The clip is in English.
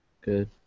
Good